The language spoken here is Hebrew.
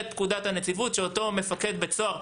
פקודת הנציבות ככלי בידי מפקד בית הסוהר.